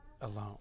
alone